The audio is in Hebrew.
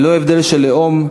ללא הבדל של לאום,